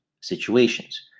situations